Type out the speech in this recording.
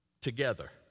together